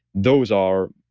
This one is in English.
those are